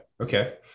Okay